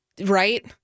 right